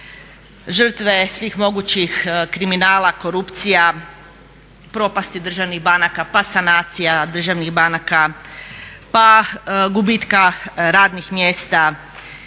žrtve svih mogućih kriminala, korupcija, propasti državnih banaka, pa sanacija državnih banaka, pa gubitka radnih mjesta